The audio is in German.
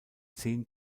zehn